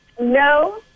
no